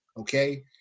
okay